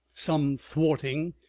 some thwarting,